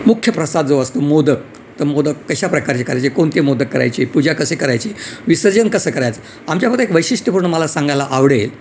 मुख्य प्रसाद जो असतो मोदक तर मोदक कशा प्रकारचे करायचे कोणते मोदक करायचे पूजा कसे करायचे विसर्जन कसं करायचं आमच्याबद्दल एक वैशिष्ट्यपूर्ण मला सांगायला आवडेल